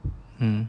mm